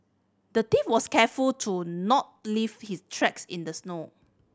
the thief was careful to not leave his tracks in the snow